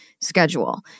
schedule